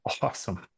awesome